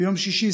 ביום שישי,